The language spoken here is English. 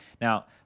Now